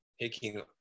taking